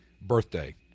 birthday